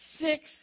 six